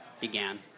began